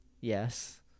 yes